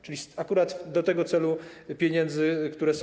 Czyli akurat do tego celu pieniędzy, które są.